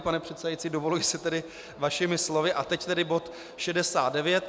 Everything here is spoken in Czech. Pane předsedající, dovoluji si tedy vašimi slovy a teď tedy bod 69.